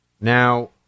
Now